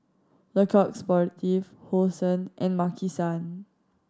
Le Coq Sportif Hosen and Maki San